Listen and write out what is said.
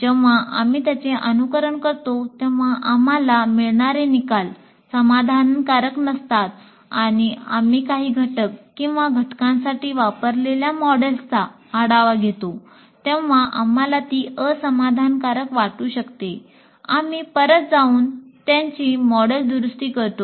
जेव्हा आम्ही त्याचे अनुकरण करतो तेव्हा आम्हाला मिळणारे निकाल समाधानकारक नसतात आणि आम्ही काही घटक किंवा घटकांसाठी वापरलेल्या मॉडेल्सचा आढावा घेतो तेव्हा आम्हाला ती असमाधानकारक वाटू शकते आम्ही परत जाऊन त्यांची मॉडेल्स दुरुस्त करतो